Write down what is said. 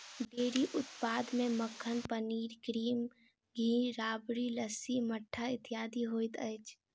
dairy उत्पाद मे मक्खन, पनीर, क्रीम, घी, राबड़ी, लस्सी, मट्ठा इत्यादि होइत अछि